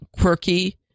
quirky